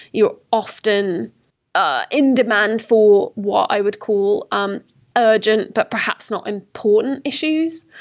you're often ah in demand for what i would call um urgent, but perhaps not important issues.